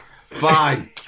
fine